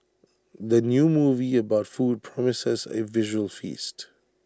the new movie about food promises A visual feast